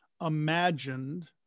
imagined